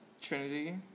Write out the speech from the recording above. Trinity